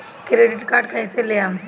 Credit card कईसे लेहम?